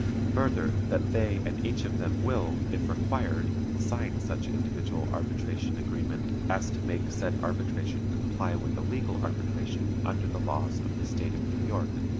further, that they and each of them will, if required, sign such individual arbitration agreement as to make said arbitration comply with a legal arbitration under the laws of the state of new york